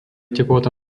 teplota